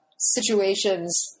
situations